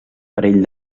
parell